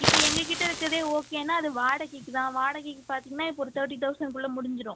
இப்போ எங்ககிட்ட இருக்கிறதே ஓகேனா அது வாடகைக்கு தான் வாடகைக்கு பார்த்தீங்கன்னா இப்போ ஒரு தேர்ட்டி தெளசண்ட்குள்ளே முடிஞ்சிவிடும்